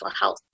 health